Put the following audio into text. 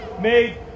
made